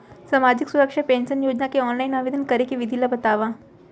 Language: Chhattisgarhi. सामाजिक सुरक्षा पेंशन योजना के ऑनलाइन आवेदन करे के विधि ला बतावव